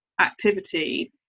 activity